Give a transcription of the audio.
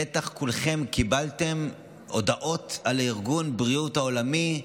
בטח כולכם קיבלתם הודעות על ארגון הבריאות העולמי,